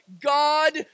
God